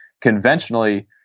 conventionally